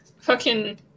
fucking-